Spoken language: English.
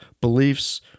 beliefs